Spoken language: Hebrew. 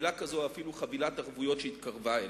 חבילה כזאת או אפילו חבילת ערבויות שהתקרבה אליה.